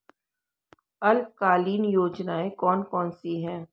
अल्पकालीन योजनाएं कौन कौन सी हैं?